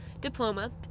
diploma